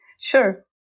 Sure